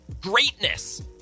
Greatness